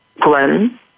Glenn